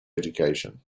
education